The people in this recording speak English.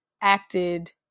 acted